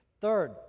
Third